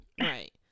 Right